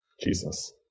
Jesus